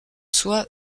soi